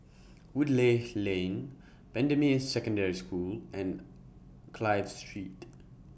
Woodleigh Lane Bendemeer Secondary School and Clive Street